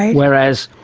whereas,